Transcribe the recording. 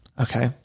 Okay